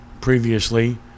previously